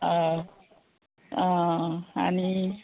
आं हां आनी